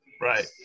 Right